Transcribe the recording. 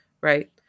Right